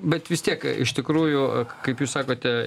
bet vis tiek iš tikrųjų kaip jūs sakote